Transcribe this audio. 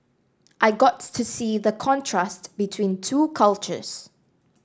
I got to see the contrast between two cultures